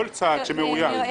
כל צד שמאוים.